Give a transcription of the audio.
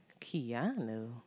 Keanu